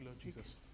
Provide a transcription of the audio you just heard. Jesus